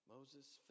Moses